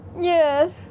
Yes